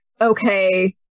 okay